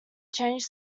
changed